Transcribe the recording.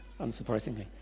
unsurprisingly